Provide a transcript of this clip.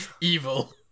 evil